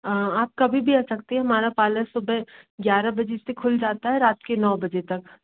आप कभी भी आ सकती हैं हमारा पार्लर सुबह ग्यारह बजे से खुल जाता है रात के नौ बजे तक